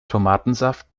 tomatensaft